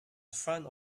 front